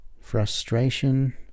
frustration